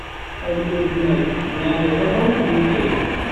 Hawlu lesdi mai naage do hauti be pewol.